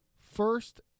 first